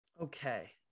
Okay